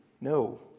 No